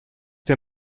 der